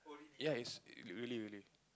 ya it's really really